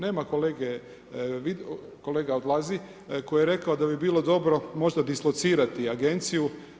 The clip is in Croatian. Nema kolega, kolega odlazi koji je rekao da bi bilo dobro možda dislocirati agenciju.